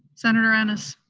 senator ennis?